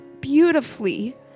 beautifully